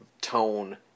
tone